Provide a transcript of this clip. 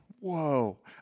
Whoa